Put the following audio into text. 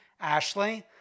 Ashley